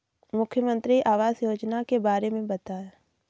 मुख्यमंत्री आवास योजना के बारे में बताए?